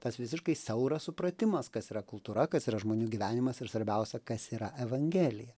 tas visiškai siauras supratimas kas yra kultūra kas yra žmonių gyvenimas ir svarbiausia kas yra evangelija